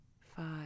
five